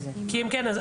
כי אם כן,